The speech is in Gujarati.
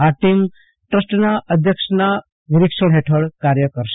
આ ટીમ ટ્રસ્ટનાં અધ્યક્ષ નાં નિરીક્ષણ ફેઠળ કાર્ય કરશે